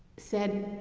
said,